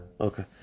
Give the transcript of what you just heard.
Okay